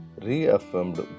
reaffirmed